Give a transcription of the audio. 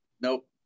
nope